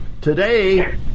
Today